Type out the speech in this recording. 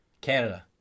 Canada